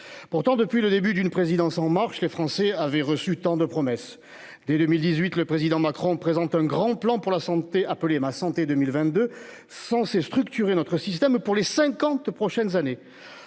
pourtant depuis le début d'une présidence en marche. Les Français avaient reçu tant de promesses dès 2018, le président Macron présente un grand plan pour la santé appelé ma santé 2022 sans structuré notre système pour les 50 prochaines années.